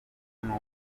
nubwo